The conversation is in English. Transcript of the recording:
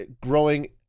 growing